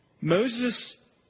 Moses